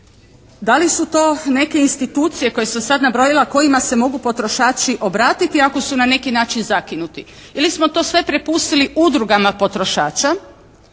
Da li su to neke institucije koje sam sad nabrojila kojima se mogu potrošači obratiti ako su na neki način zakinuti? Ili smo to sve prepustili udrugama potrošača?